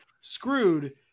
screwed